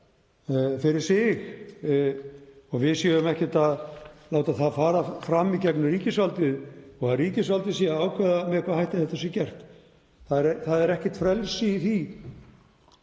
fyrir sig og við séum ekkert að láta það fara fram í gegnum ríkisvaldið og að ríkisvaldið sé að ákveða með hvaða hætti þetta sé gert. Það er ekkert frelsi í því